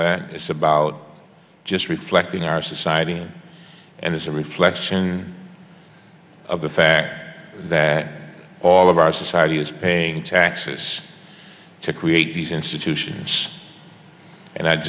and it's about just reflecting our society and it's a reflection of the fact that all of our society is paying taxes to create these institutions and i'd